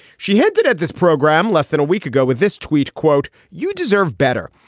she hinted at this program less than a week ago with this tweet, quote, you deserve better.